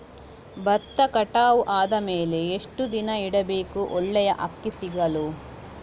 ಭತ್ತ ಕಟಾವು ಆದಮೇಲೆ ಎಷ್ಟು ದಿನ ಇಡಬೇಕು ಒಳ್ಳೆಯ ಅಕ್ಕಿ ಸಿಗಲು?